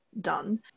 done